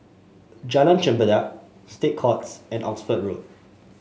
Jalan Chempedak State Courts and Oxford Road